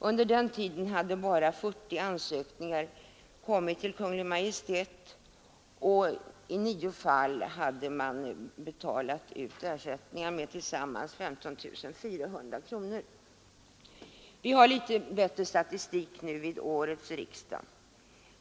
Under den tiden hale bara 40 ansökningar kommit till Kungl. Maj:t, och i nio fall hade man betalat ut Vi har litet bättre statistik nu vid årets riksdag.